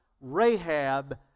Rahab